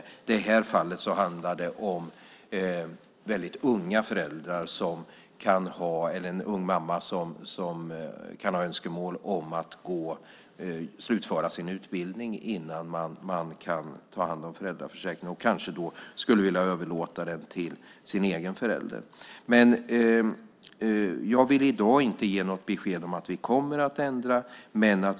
I det här fallet handlar det om väldigt unga föräldrar, unga mammor, som kan ha önskemål om att slutföra sin utbildning innan de tar ut någon föräldraförsäkring och dessförinnan kanske de skulle vilja överlåta den till sin egen förälder. Men jag vill i dag inte ge något besked om att vi kommer att ändra reglerna.